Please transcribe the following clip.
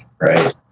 Right